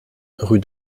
rue